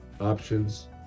options